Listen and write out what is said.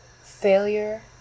failure